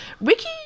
Ricky